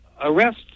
arrest